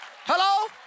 Hello